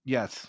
Yes